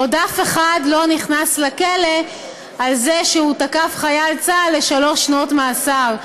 אף אחד עוד לא נכנס לכלא על זה שהוא תקף חייל צה"ל לשלוש שנות מאסר.